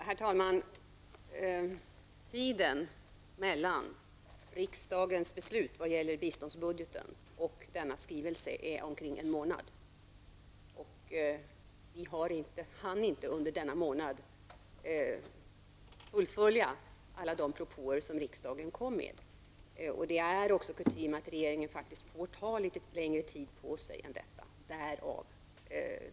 Herr talman! Tiden mellan riksdagens beslut om biståndsbudgeten och denna skrivelse är omkring en månad. Under denna månad har vi inte hunnit att fullfölja alla de propåer som riksdagen har kommit med. Det är kutym att regeringen får ta litet längre tid på sig än så.